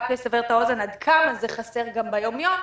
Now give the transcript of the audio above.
רק לסבר את האוזן עד כמה זה חסר גם ביום-יום,